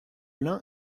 l’un